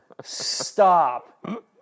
Stop